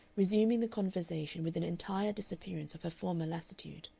resuming the conversation with an entire disappearance of her former lassitude.